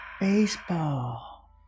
baseball